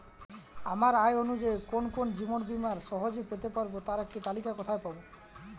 আমার আয় অনুযায়ী কোন কোন জীবন বীমা সহজে পেতে পারব তার একটি তালিকা কোথায় পাবো?